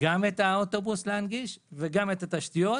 להנגיש גם את האוטובוס וגם את התשתיות,